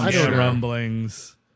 rumblings